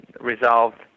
resolved